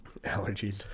Allergies